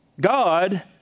God